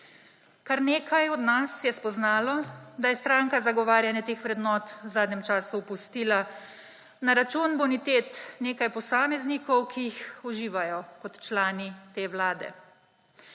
Kar nekaj nas je spoznalo, da je stranka zagovarjanje teh vrednot v zadnjem času opustila na račun bonitet nekaj posameznikov, ki jih uživajo kot člani te vlade.